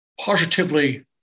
positively